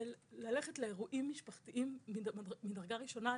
של ללכת לאירועים משפחתיים מדרגה ראשונה.